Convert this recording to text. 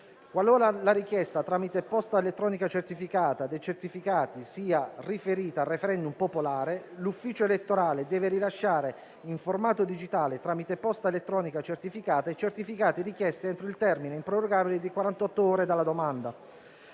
Qualora la richiesta tramite posta elettronica certificata dei certificati sia riferita a *referendum* popolare, l'ufficio elettorale deve rilasciare in formato digitale, tramite posta elettronica certificata, i certificati richiesti entro il termine improrogabile di quarantotto ore dalla domanda.